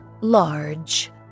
large